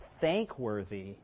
thankworthy